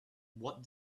what